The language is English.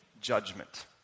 judgment